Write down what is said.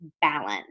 balance